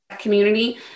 community